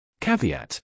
Caveat